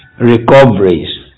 recoveries